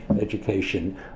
education